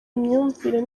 imyumvire